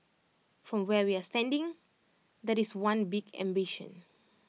from where we're standing that is one big ambition